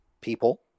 people